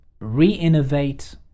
re-innovate